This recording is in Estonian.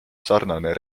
sarnane